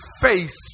face